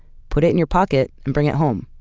put it in your pocket and bring it home.